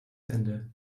ende